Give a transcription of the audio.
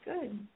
Good